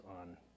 on